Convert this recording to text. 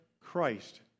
Christ